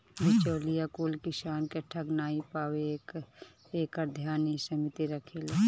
बिचौलिया कुल किसान के ठग नाइ पावे एकर ध्यान इ समिति रखेले